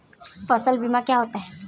फसल बीमा क्या होता है?